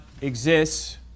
exists